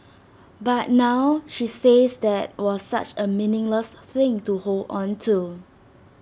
but now she says that was such A meaningless thing to hold on to